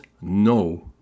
no